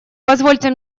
позвольте